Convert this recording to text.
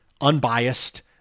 unbiased